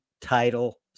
Title